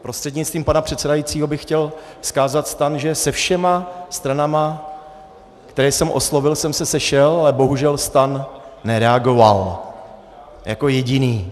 Prostřednictvím pana předsedajícího bych chtěl vzkázat STAN, že se všemi stranami, které jsem oslovil, jsem se sešel, ale bohužel STAN nereagoval jako jediný.